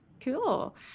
Cool